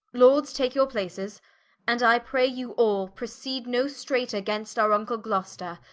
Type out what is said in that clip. lords take your places and i pray you all proceed no straiter gainst our vnckle gloster,